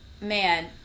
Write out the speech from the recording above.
man